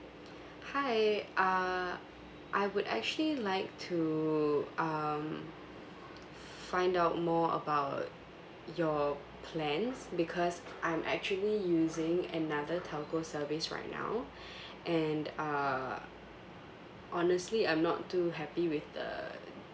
hi uh I would actually like to um find out more about your plans because I'm actually using another telco service right now and uh honestly I'm not too happy with the